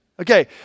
Okay